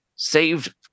Saved